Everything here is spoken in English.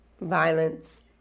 violence